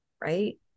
right